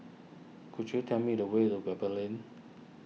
could you tell me the way to Pebble Lane